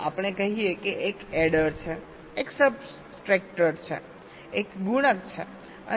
ચાલો આપણે કહીએ કે એક એડર છે એક સબસ્ટ્રેક્ટર છે એક ગુણક છે